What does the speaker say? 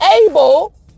able